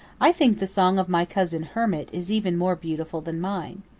i think the song of my cousin hermit, is even more beautiful than mine.